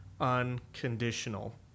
unconditional